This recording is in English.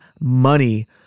money